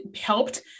helped